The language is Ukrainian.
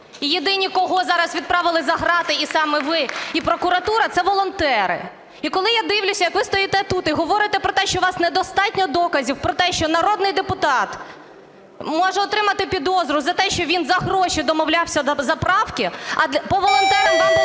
єдині, кого зараз відправили за ґрати і саме ви, і прокуратура – це волонтери. І коли я дивлюся як ви стоїте тут і говорите про те, що у вас недостатньо доказів про те, що народний депутат може отримати підозру за те, що він за гроші домовлявся за правки, а по волонтерам вам було